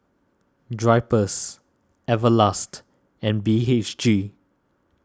Drypers Everlast and B H G